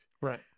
Right